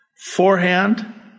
forehand